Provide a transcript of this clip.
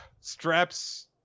straps